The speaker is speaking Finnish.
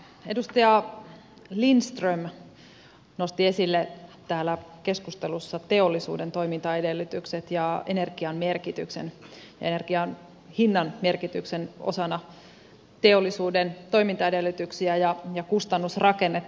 edustaja lindström nosti esille täällä keskustelussa teollisuuden toimintaedellytykset ja energian merkityksen ja energian hinnan merkityksen osana teollisuuden toimintaedellytyksiä ja kustannusrakennetta